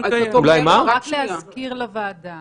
הוועדה